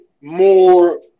more